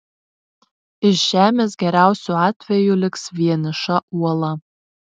iš žemės geriausiu atveju liks vieniša uola